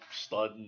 stud